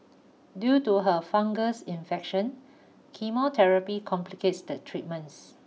due to her fungus infection chemotherapy complicates the treatments